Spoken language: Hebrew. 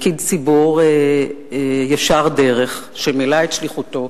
פקיד ציבור ישר-דרך שמילא את שליחותו.